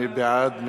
מי בעד?